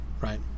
Right